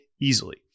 easily